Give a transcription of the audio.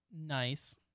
nice